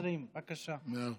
20. מאה אחוז.